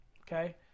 Okay